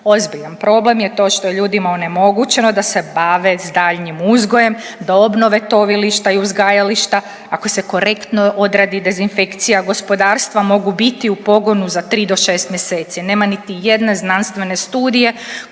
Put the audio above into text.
Ozbiljan problem je to što je ljudima onemogućeno da se bave s daljnjim uzgojem, da obnove tovilišta i uzgajališta ako se korektno odradi dezinfekcija gospodarstva mogu biti u pogonu za 3 do 6 mjeseci. Nema niti jedne znanstvene studije